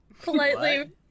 politely